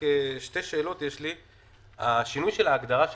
יש לי שתי שאלות: שינוי ההגדרה של